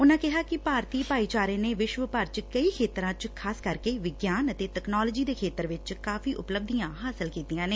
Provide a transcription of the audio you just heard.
ਉਨੂਾ ਕਿਹਾ ਕਿ ਭਾਰਤੀ ਭਾਈਚਾਰੇ ਨੇ ਵਿਸ਼ਵ ਭਰ ਚ ਕਈ ਖੇਤਰਾਂ ਚ ਖਾਸ ਕਰਕੇ ਵਿਗਿਆਨ ਅਤੇ ਤਕਨਾਲੋਜੀ ਦੇ ਖੇਤਰ ਚ ਕਾਫ਼ੀ ਉਪਲਬਧੀਆਂ ਹਾਸਲ ਕੀਤੀਆਂ ਨੇ